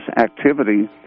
activity